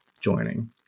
joining